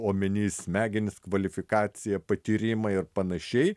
omenį smegenis kvalifikaciją patyrimą ir panašiai